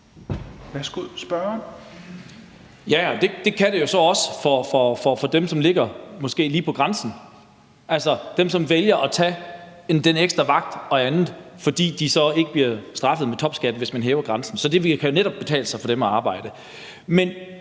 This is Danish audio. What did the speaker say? Ja, og det kan det jo så også for dem, som måske ligger lige på grænsen, altså dem, som vælger at tage den ekstra vagt og andet, fordi de så ikke bliver straffet med topskat, hvis man hæver grænsen. Så der kan det jo netop betale sig for dem at arbejde. Men